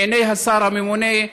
מעיני השר הממונה,